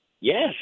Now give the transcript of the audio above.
Yes